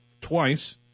twice